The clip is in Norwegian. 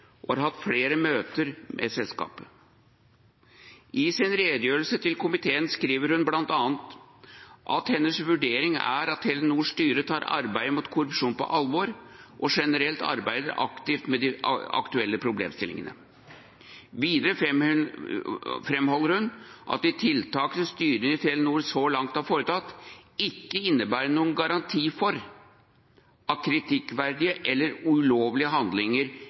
og har hatt flere møter med selskapet. I sin redegjørelse til komiteen skriver hun bl.a. at hennes vurdering er at Telenors styre tar arbeidet mot korrupsjon på alvor, og generelt arbeider aktivt med de aktuelle problemstillingene. Videre framholder hun at de tiltak styret i Telenor så langt har foretatt, ikke innebærer noen garanti for at kritikkverdige eller ulovlige handlinger